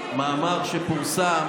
מאמר שפורסם